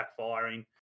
backfiring